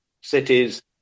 cities